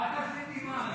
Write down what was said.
אל תזיל דמעה.